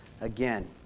again